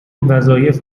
وظایف